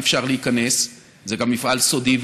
אי-אפשר להיכנס, זה גם מפעל סודי.